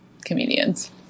comedians